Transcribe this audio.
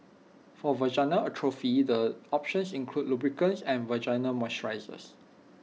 for vaginal atrophy the options include lubricants and vaginal moisturisers